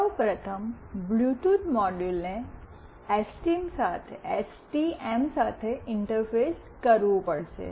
સૌ પ્રથમ બ્લૂટૂથ મોડ્યુલને એસટીએમ સાથે ઇન્ટરફેસ કરવું પડશે